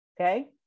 Okay